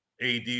AD